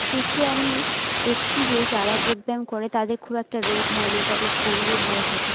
শেষে আমি দেখছি যে যারা যোগব্যায়াম করে তাদের খুব একটা রোগ হয় না তাদের শরীরও ভালো থাকে